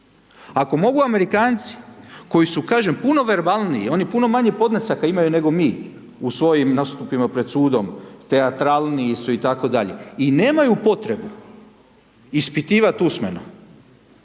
Ako mogu Amerikanci koji su, kažem, puno verbalniji, oni puno manje podnesaka imaju nego mi u svojim nastupima pred sudom, te atralniji su itd. i nemaju potrebu ispitivati usmeno,